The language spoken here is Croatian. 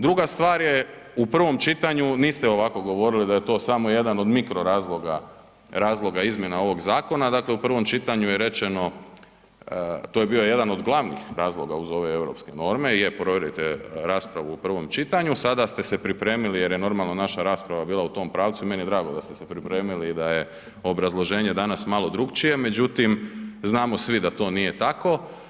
Druga stvar je, u prvom čitanju niste ovako govorili da je to samo jedan od mikro razloga, razloga izmjena ovog zakona, dakle u prvom čitanju je rečeno, to je bio jedan od glavnih razloga uz ove europske norme, … [[Govornik se ne razumije]] raspravu u prvom čitanju, sada ste se pripremili jer je normalno naša rasprava bila u tom pravcu, meni je drago da ste se pripremili i da je obrazloženje danas malo drukčije, međutim znamo svi da to nije tako.